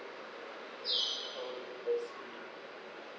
I see